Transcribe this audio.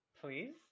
Please